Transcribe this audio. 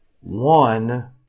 One